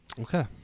okay